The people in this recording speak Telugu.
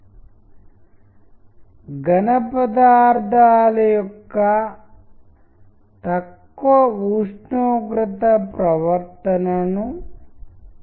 ఇది విజువల్స్ మరియు విజువల్స్ టెక్స్ట్లతో ఇంటరాక్ట్ అయ్యే విధానం మరియు విజువల్స్ మరియు టెక్స్ట్లు శబ్దాలతో ఇంటరాక్ట్ అయ్యే విధానంలో ఇది చాలా విశిష్టంగా కనుగొనబడిందని మనము కనుగొన్నాము